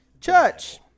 Church